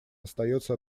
остается